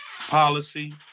policy